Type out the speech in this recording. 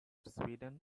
sweden